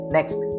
Next